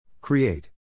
Create